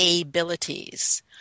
abilities